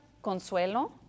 consuelo